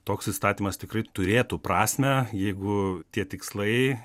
toks įstatymas tikrai turėtų prasmę jeigu tie tikslai